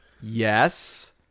yes